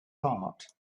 heart